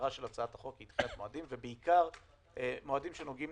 ובעיקר מועדים שנוגעים